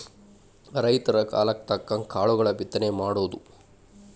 ರೈತರ ಕಾಲಕ್ಕ ತಕ್ಕಂಗ ಕಾಳುಗಳ ಬಿತ್ತನೆ ಮಾಡುದು